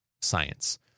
science